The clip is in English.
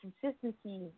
consistency